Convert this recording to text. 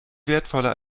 wertvoller